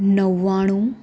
નવ્વાણું